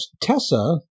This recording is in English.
Tessa